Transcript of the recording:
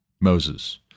Moses